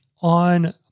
on